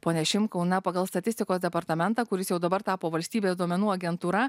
pone šimkau na pagal statistikos departamentą kuris jau dabar tapo valstybės duomenų agentūra